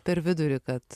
per vidurį kad